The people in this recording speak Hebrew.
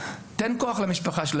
תן כוח למשפחה שלו,